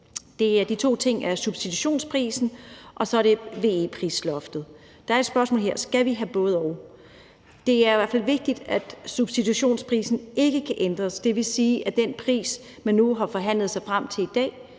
De to ting er substitutionsprisen og VE-prisloftet, og der er her et spørgsmål, nemlig om vi skal have et både-og. Det er jo i hvert fald vigtigt, at substitutionsprisen ikke kan ændres, det vil sige, at den pris, man nu har forhandlet sig frem til i dag,